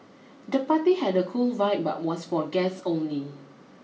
the party had a cool vibe but was for guests only